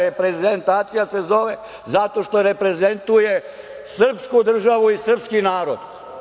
Reprezentacija se zove zato što reprezentuje srpsku državu i srpski narod.